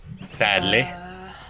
Sadly